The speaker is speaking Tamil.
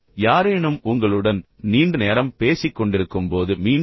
யாரேனும் உங்களுடன் நீண்ட நேரம் பேசிக்கொண்டிருக்கும்போது மீண்டும் சிந்தியுங்கள்